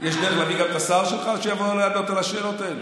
יש דרך להביא גם את השר שלך שיבוא לענות על השאלות האלה?